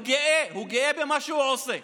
הוא גאה, הוא גאה במה שהוא עושה.